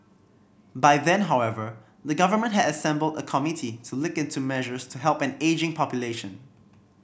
by then however the government had assembled a committee to look into measures to help an ageing population